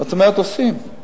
זאת אומרת, עושים.